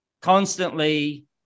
constantly